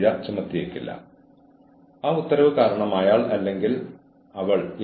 ഒരുപക്ഷേ ചില അടിയന്തരാവസ്ഥ കാരണം ജീവനക്കാരൻ യുക്തിരഹിതമായി പെരുമാറി